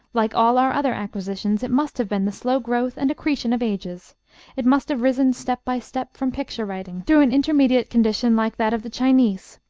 like all our other acquisitions, it must have been the slow growth and accretion of ages it must have risen step by step from picture-writing through an intermediate condition like that of the chinese,